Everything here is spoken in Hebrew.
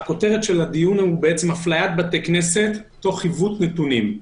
שכותרת הדיון היא אפליית בתי הכנסת תוך עיוות נתונים.